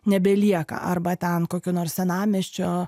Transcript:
nebelieka arba ten kokio nors senamiesčio